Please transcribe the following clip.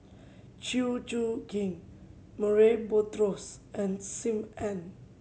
Chew Choo Keng Murray Buttrose and Sim Ann